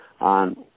on